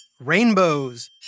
rainbows